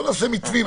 בוא נעשה מתווים.